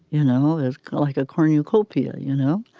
you know, is like a cornucopia, you know,